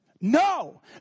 No